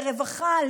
לרווחה,